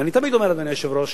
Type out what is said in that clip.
ואני תמיד אומר, אדוני היושב-ראש,